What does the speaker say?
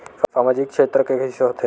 सामजिक क्षेत्र के कइसे होथे?